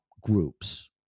groups